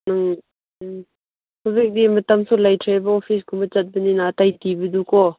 ꯎꯝ ꯎꯝ ꯍꯧꯖꯤꯛꯇꯤ ꯃꯇꯝꯁꯨ ꯂꯩꯇ꯭ꯔꯦꯕ ꯑꯣꯐꯤꯁꯀꯨꯝꯕ ꯆꯠꯄꯅꯤꯅ ꯑꯇꯩ ꯑꯣꯐꯤꯁ ꯊꯤꯕꯗꯨꯀꯣ